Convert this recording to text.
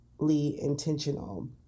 intentional